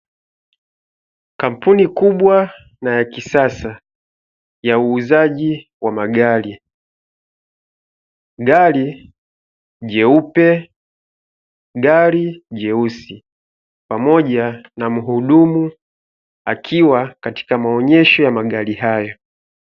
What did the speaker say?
Kampuni kubwa na ya kisasa ya uuzaji wa magari. Gari jeupe, gari jeusi, pamoja na mhudumu; akiwa katika maonyesho ya magari hayo.